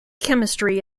chemistry